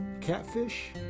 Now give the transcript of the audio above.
catfish